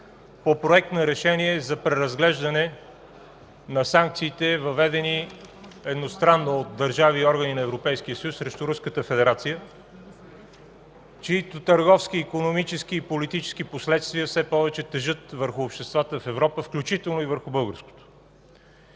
по Проект на решение за преразглеждане на санкциите, въведени едностранно от държави и органи на Европейския съюз срещу Руската федерация, чиито търговски, икономически и политически последствия все повече тежат върху обществата в Европа, включително и върху българското.